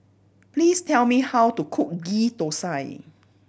please tell me how to cook Ghee Thosai